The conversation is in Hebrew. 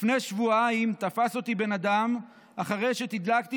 לפני שבועיים תפס אותי בן אדם אחרי שתדלקתי